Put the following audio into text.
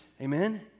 amen